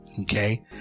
Okay